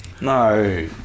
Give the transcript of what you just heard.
No